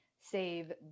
save